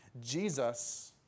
Jesus